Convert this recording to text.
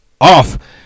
off